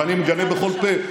ואני מגנה בכל פה.